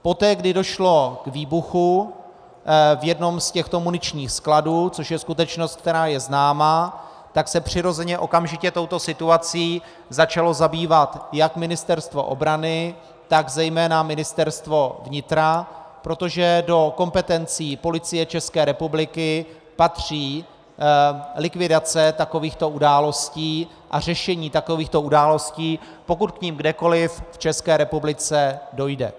Poté kdy došlo k výbuchu v jednom z těchto muničních skladů, což je skutečnost, která je známá, se přirozeně okamžitě touto situací začalo zabývat jak Ministerstvo obrany, tak zejména Ministerstvo vnitra, protože do kompetencí Policie ČR patří likvidace takovýchto událostí a řešení takovýchto událostí, pokud k nim kdekoli v ČR dojde.